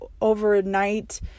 overnight